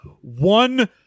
one